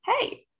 hey